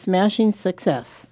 smashing success